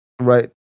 right